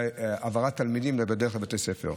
המסוכנים והעברת תלמידים בדרך לבתי ספר.